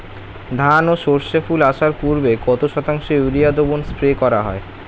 ধান ও সর্ষে ফুল আসার পূর্বে কত শতাংশ ইউরিয়া দ্রবণ স্প্রে করা হয়?